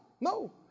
no